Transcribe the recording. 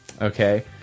Okay